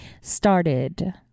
started